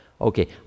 Okay